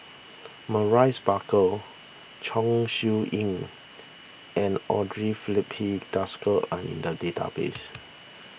Maurice Baker Chong Siew Ying and andre Filipe Desker are in the database